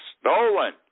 stolen